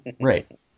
right